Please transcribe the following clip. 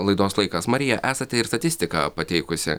laidos laikas marija esate ir statistiką pateikusi